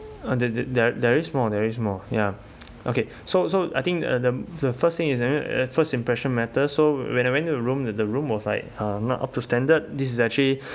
that that that there is more there is more ya okay so so I think uh the the first thing is I mean uh first impression matter so when I went to the room the the room was like uh not up to standard this is actually